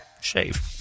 Shave